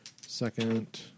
Second